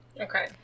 Okay